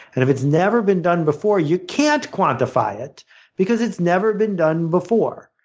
and if it's never been done before, you can't quantify it because it's never been done before.